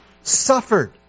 suffered